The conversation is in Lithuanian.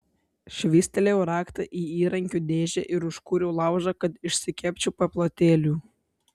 švystelėjau raktą į įrankių dėžę ir užkūriau laužą kad išsikepčiau paplotėlių